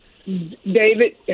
David